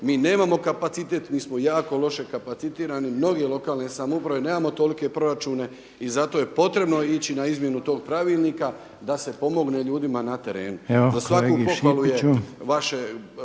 mi nemao kapacitet, mi smo jako loše kapacitirani, i mnoge lokalne samouprave, nemamo tolike proračune i zato je potrebno ići na izmjenu tog pravilnika da se pomogne ljudima na terenu. Za svaku pohvalu je vaše